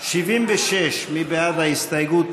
76, מי בעד ההסתייגות?